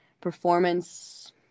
performance